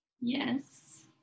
Yes